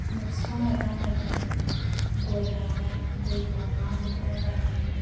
एबा बिफां लाइफां गायबाय गय गायनाय गयखौ मा बोथोराव गायो